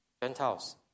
Gentiles